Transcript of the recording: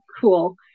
cool